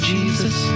Jesus